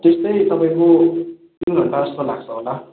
त्यस्तै तपाईँको तिन घण्टा जस्तो लाग्छ होला